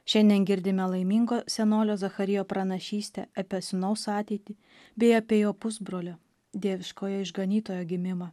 šiandien girdime laimingo senolio zacharijo pranašystę apie sūnaus ateitį bei apie jo pusbrolio dieviškojo išganytojo gimimą